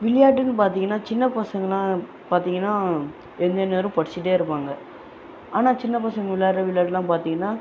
விளையாட்டுன்னு பார்த்தீங்கன்னா சின்ன பசங்களாம் பார்த்தீங்கன்னா எந்த நேரமும் படிச்சிகிட்டே இருப்பாங்க ஆனால் சின்ன பசங்க விளையாடுகிற விளையாட்டுலாம் பார்த்தீங்கன்னா